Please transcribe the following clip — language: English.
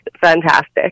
fantastic